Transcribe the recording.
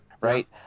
Right